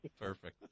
Perfect